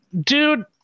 dude